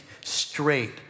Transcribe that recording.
straight